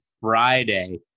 Friday